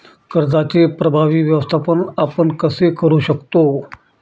कर्जाचे प्रभावी व्यवस्थापन आपण कसे करु शकतो?